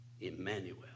Emmanuel